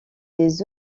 des